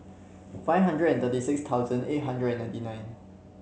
five hundred and thirty six thousand eight hundred and ninety nine